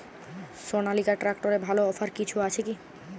সনালিকা ট্রাক্টরে ভালো অফার কিছু আছে কি?